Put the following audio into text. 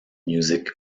music